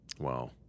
Wow